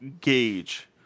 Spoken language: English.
gauge